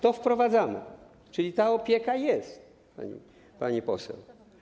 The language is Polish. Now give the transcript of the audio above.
To wprowadzamy, czyli ta opieka jest, pani poseł.